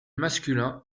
masculin